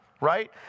right